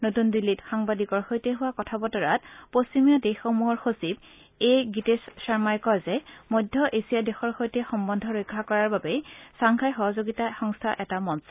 নতুন দিল্লীত সাংবাদিকৰ সৈতে হোৱা কথাবতৰাত পশ্চিমীয়া দেশসমূহৰ সচিব এ গিতেশ শৰ্মাই কয় যে মধ্য এছিয়া দেশৰ সৈতে সম্বন্ধ ৰক্ষা কৰাৰ বাবে চাংঘাই সহযোগিতা সংস্থা এটা মঞ্চ